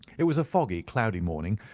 it was a foggy, cloudy morning,